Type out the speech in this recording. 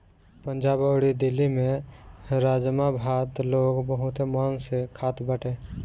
पंजाब अउरी दिल्ली में राजमा भात लोग बहुते मन से खात बाटे